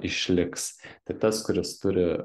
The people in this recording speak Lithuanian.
išliks tai tas kuris turi